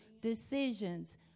Decisions